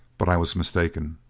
but i was mistaken.